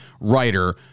writer